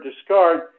discard